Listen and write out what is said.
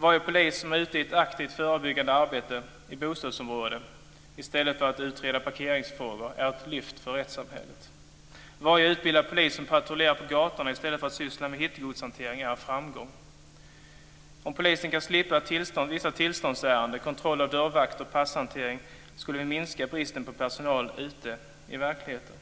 Varje polis som är ute i ett aktivt förebyggande arbete i bostadsområden i stället för att utreda parkeringsfrågor är ett lyft för rättssamhället. Varje utbildad polis som patrullerar på gatorna i stället för att syssla med hittegodshantering är en framgång. Om polisen kunde slippa vissa tillståndsärenden, kontroll av dörrvakter och passhantering skulle vi minska bristen på personal ute i verkligheten,